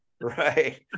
right